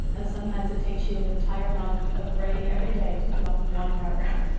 and sometimes, it takes you an entire month of writing every day to come up with one paragraph.